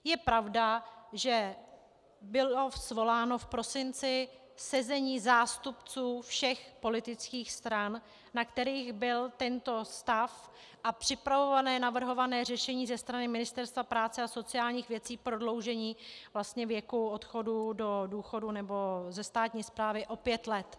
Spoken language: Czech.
Je pravda, že bylo svoláno v prosinci sezení zástupců všech politických stran, na kterých byl tento stav a připravované navrhované řešení ze strany Ministerstva práce a sociálních věcí prodloužení vlastně věku odchodu do důchodu nebo ze státní správy o pět let.